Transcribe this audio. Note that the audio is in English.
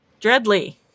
Dreadly